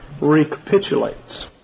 recapitulates